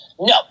No